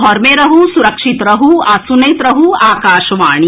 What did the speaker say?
घर मे रहू सुरक्षित रहू आ सुनैत रहू आकाशवाणी